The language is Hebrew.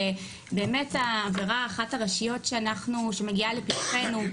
שהעבירה אחת הראשיות שמגיעה לפתחנו,